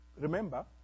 remember